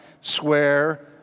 swear